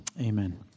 amen